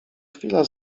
chwila